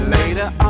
Later